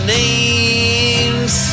names